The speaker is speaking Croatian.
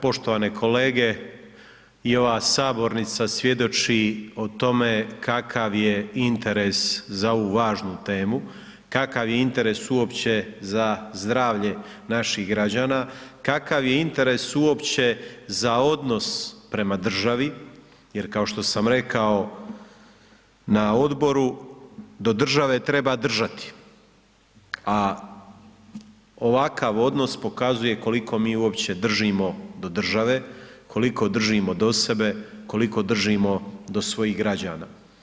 Poštovane kolege i ova sabornica svjedoči o tome kakav je interes za ovu važnu temu, kakav je interes uopće za zdravlje naših građana, kakav je interes uopće za odnos prema državi, je kao što sam rekao na odboru, do države treba držati, a ovakav odnos pokazuje koliko mi uopće držimo do države, koliko držimo do sebe, koliko držimo do svojih građana.